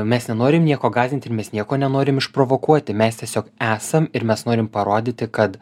mes nenorim nieko gąsdinti ir mes nieko nenorim išprovokuoti mes tiesiog esam ir mes norim parodyti kad